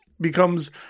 becomes